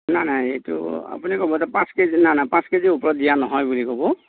নাই নাই এইটো আপুনি ক'ব যে পাঁচ কেজি নাই নাই পাঁচ কেজিৰ ওপৰত দিয়া নহয় বুলি ক'ব